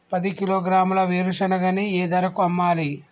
పది కిలోగ్రాముల వేరుశనగని ఏ ధరకు అమ్మాలి?